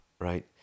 right